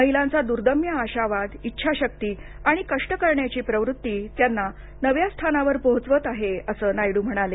महिलांचा दुर्दम्य आशावाद आणि इच्छाशक्ती आणि कष्ट करण्याची प्रवृत्ती त्यांना नव्या स्थानावर पोहोचवत आहे असं नायडू म्हणाले